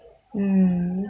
mm